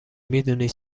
میدونی